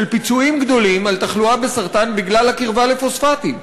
קיבלו פיצויים גדולים בשל תחלואה בסרטן בגלל הקרבה לפוספטים.